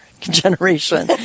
generation